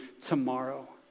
tomorrow